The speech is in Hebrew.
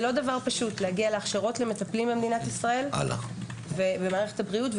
לא פשוט להגיע להכשרות למטפלים במדינת ישראל במערכת הבריאות,